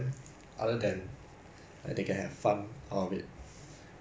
ya like 如果你要害一个 company hor 是这样做 meh like